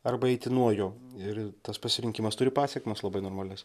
arba eiti nuo jo ir tas pasirinkimas turi pasekmes labai normalias